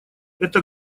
эта